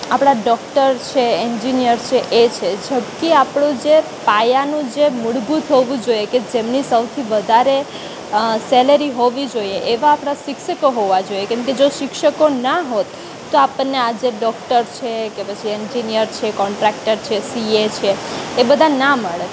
આપણા ડોક્ટર છે એન્જિનીયર છે એ છે જબ કી આપણું જે પાયાનું જે મૂળભૂત હોવું જોઈએ કે જેમની સૌથી વધારે સેલરી હોવી જોઈએ એવા આપણા શિક્ષકો હોવા જોઈએ કેમ કે જે શિક્ષકો ના હોત તો આપણને આજે ડોક્ટર છે પછી એન્જિનીયર છે કોન્ટ્રાકટર છે સીએ છે એ બધા ના મળત